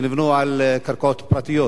שנבנו על קרקעות פרטיות.